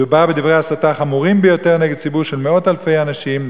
מדובר בדברי הסתה חמורים ביותר נגד ציבור של מאות אלפי אנשים,